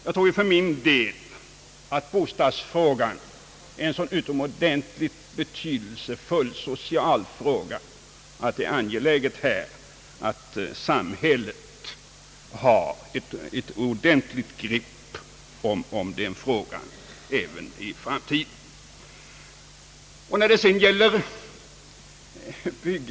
Jag tror för min del att bostadsfrågan är en så utomordentligt betydelsefull social fråga att det är angeläget att samhället har ett ordentligt grepp om den även i framtiden.